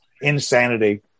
Insanity